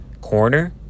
corner